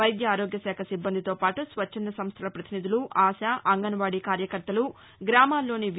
వైద్య ఆరోగ్య శాఖ సిబ్బందితో పాటు స్వచ్చంద సంస్థల పతినిధులు ఆశా అంగన్వాడీ కార్యకర్తలు గ్రామాల్లోని వి